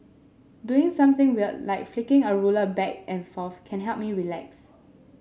doing something weird like flicking a ruler back and forth can help me relax